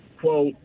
quote